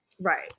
right